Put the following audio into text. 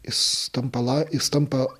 jis tampa lai jis tampa